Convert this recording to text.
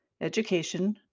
education